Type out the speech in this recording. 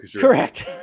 Correct